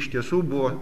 iš tiesų buvo